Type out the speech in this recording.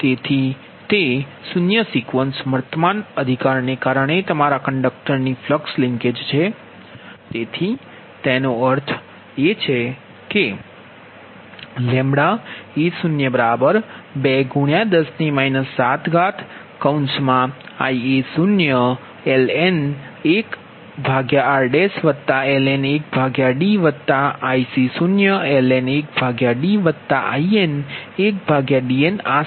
તેથી તે શૂન્ય સિક્વન્સ વર્તમાન અધિકારને કારણે તમારા કંડક્ટરની ફ્લક્સ લિન્કેજ છે તેથી તેનો અર્થ એ છે કે a02×10 7Ia0ln 1r ln 1D Ic0ln 1D Inln 1Dn આ સમીકરણ 32 છે